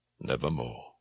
nevermore